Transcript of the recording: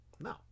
No